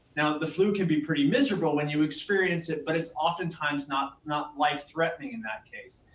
now the flu can be pretty miserable when you experience it, but it's oftentimes not not life threatening in that case.